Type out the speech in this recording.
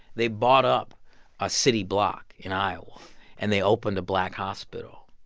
they bought up a city block in iowa and they opened a black hospital.